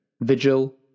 Vigil